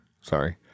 Sorry